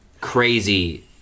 crazy